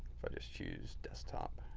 if i just choose desktop,